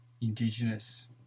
indigenous